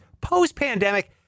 Post-pandemic